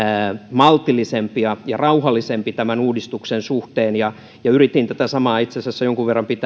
maltillisempi ja ja rauhallisempi tämän uudistuksen suhteen ja yritin tätä samaa itse asiassa jonkun verran pitää myös